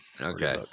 okay